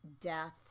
death